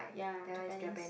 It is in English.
ya Japanese